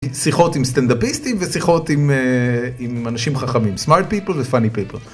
שיחות עם סטנדאפיסטים ושיחות עם אה... עם אנשים חכמים. smart people ו- funny people.